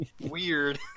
weird